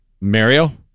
Mario